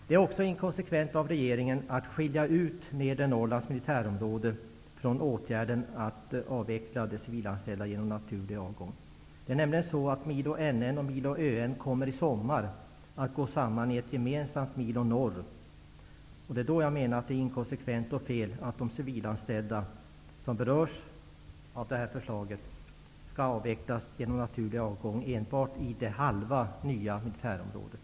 Det är också inkonsekvent av regeringen att skilja ut Nedre Norrlands militärområde från åtgärden att avveckla de civilanställda genom naturlig avgång. Milo NN och Milo ÖN kommer i sommar att gå samman i ett gemensamt Milo Norr. Det är då inkonsekvent och fel att de civilanställda som berörs av förslaget skall avvecklas genom naturlig avgång enbart i halva det nya militärområdet.